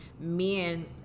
men